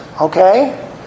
Okay